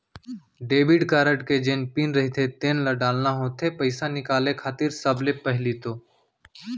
debit card के जेन pin रहिथे तेन ल डालना होथे पइसा निकाले खातिर सबले पहिली तो